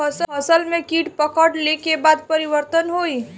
फसल में कीट पकड़ ले के बाद का परिवर्तन होई?